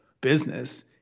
business